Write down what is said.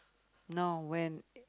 no when